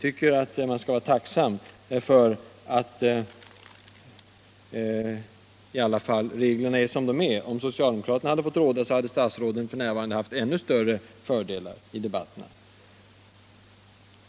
De skall vara tacksamma för att reglerna är som de är. Om socialdemokraterna fått råda hade statsråden f. n. haft ännu större fördelar i debatterna.